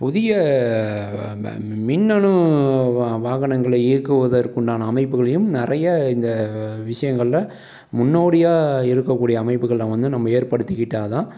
புதிய ம மின்னணு வா வாகனங்களை இயக்குவதற்கு உண்டான அமைப்புகளையும் நிறைய இந்த விஷயங்களில் முன்னோடியாக இருக்கக்கூடிய அமைப்புகளில் வந்து நம்ம ஏற்படுத்திக்கிட்டால் தான்